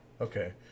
Okay